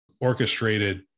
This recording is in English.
orchestrated